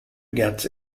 gets